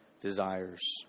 desires